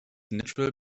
neutral